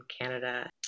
Canada